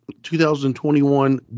2021